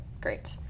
Great